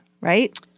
right